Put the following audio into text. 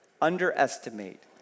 underestimate